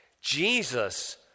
Jesus